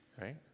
right